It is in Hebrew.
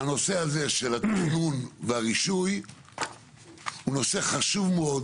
הנושא הזה של התכנון והרישוי הוא נושא חשוב מאוד